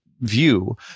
view